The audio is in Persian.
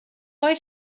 های